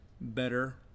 better